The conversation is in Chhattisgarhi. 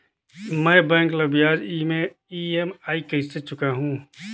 मैं बैंक ला ब्याज ई.एम.आई कइसे चुकाहू?